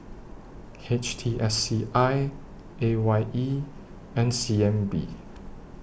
H T S C I A Y E and C N B